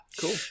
Cool